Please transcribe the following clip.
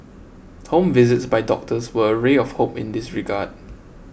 home visits by doctors were a ray of hope in this regard